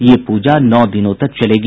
यह पूजा नौ दिनों तक चलेगी